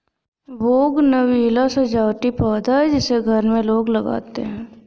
bougainvillea सजावटी पौधा है जिसे घर में लोग लगाते हैं